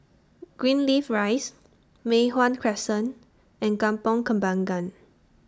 Greenleaf Rise Mei Hwan Crescent and Kampong Kembangan